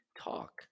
talk